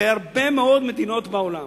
בהרבה מאוד מדינות בעולם,